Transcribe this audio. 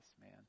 man